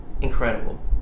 incredible